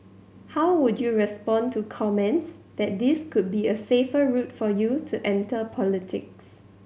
how would you respond to comments that this could be a safer route for you to enter politics